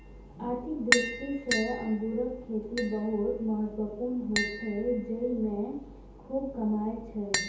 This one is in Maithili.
आर्थिक दृष्टि सं अंगूरक खेती बहुत महत्वपूर्ण होइ छै, जेइमे खूब कमाई छै